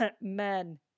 Men